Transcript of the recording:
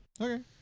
Okay